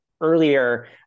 earlier